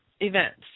events